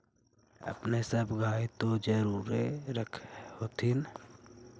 अपने सब गाय तो जरुरे रख होत्थिन?